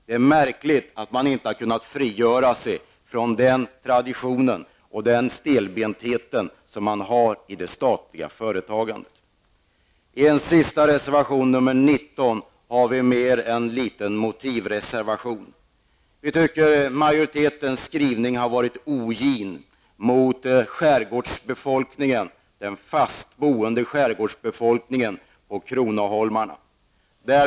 Det är märkligt att man inte har kunnat frigöra sig från den tradition och stelbenthet som finns i det statliga företagandet. I reservation 19 har vi med en liten motivskrivning. Vi anser att majoritetens skrivning är ogin mot den fast boende skärgårdsbefolkningen och Kronoholmarna.